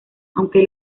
aunque